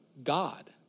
God